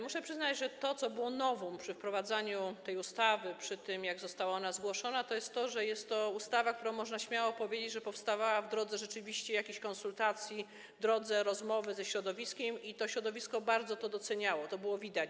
Muszę przyznać, że to, co było novum przy wprowadzaniu tej ustawy, przy tym, jak została ona zgłoszona, to jest to, że jest to ustawa, która - można śmiało powiedzieć - rzeczywiście powstawała w drodze jakichś konsultacji, w drodze rozmowy ze środowiskiem, i środowisko bardzo to doceniało, to było widać.